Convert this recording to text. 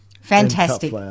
Fantastic